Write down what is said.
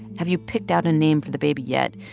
have you picked out a name for the baby yet,